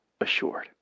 assured